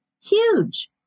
huge